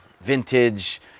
vintage